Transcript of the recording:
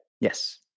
Yes